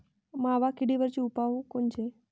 मावा किडीवरचे उपाव कोनचे?